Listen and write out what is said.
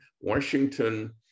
Washington